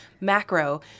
macro